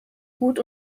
gut